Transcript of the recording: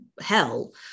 hell